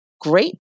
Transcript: great